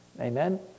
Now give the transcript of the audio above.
Amen